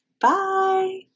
bye